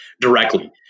directly